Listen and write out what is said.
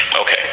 Okay